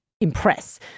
impress